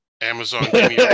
Amazon